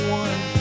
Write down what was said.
one